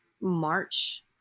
March